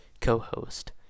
co-host